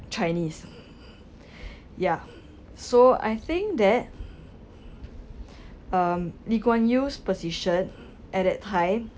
chinese ya so I think that um lee kuan yew's position at that time